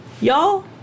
y'all